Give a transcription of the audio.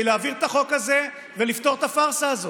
להעביר את החוק הזה ולפתור את הפארסה הזאת.